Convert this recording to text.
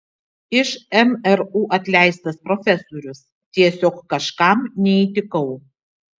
iš mru atleistas profesorius tiesiog kažkam neįtikau